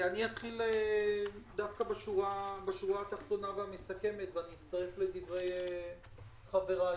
אתחיל דווקא בשורה התחתונה והמסכמת ואצטרף לדברי חבריי,